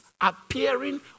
appearing